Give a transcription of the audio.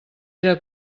era